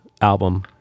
album